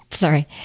Sorry